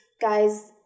guys